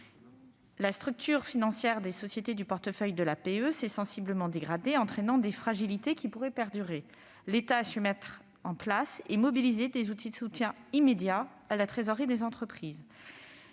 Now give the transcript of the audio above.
La structure financière des sociétés du portefeuille de l'agence s'est sensiblement dégradée, entraînant des fragilités qui pourraient perdurer. L'État a su mettre en place et mobiliser des outils de soutien immédiat à la trésorerie des entreprises.